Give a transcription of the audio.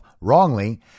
wrongly